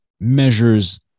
measures